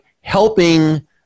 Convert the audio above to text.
helping